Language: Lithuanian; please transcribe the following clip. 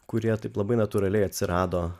kurie taip labai natūraliai atsirado